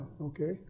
Okay